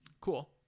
Cool